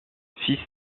fils